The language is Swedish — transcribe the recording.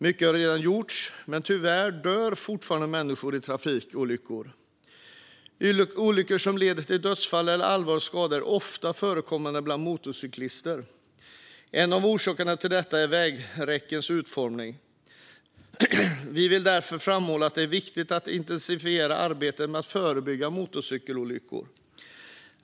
Mycket har redan gjorts, men tyvärr dör fortfarande människor i trafikolyckor. Olyckor som leder till dödsfall eller allvarliga skador är ofta förekommande bland motorcyklister. En av orsakerna till detta är vägräckenas utformning. Vi vill därför framhålla att det är viktigt att intensifiera arbetet med att förebygga motorcykelolyckor.